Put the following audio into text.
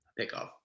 pickoff